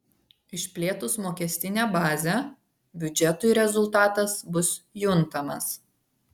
išplėtus mokestinę bazę biudžetui rezultatas bus juntamas